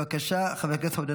בבקשה, חבר הכנסת עודד